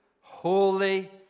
holy